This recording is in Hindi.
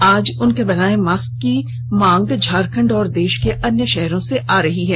आज उनके बनाये मास्क की मांग झारखंड और देश के अन्य शहरों से आ रही रही है